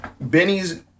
Benny's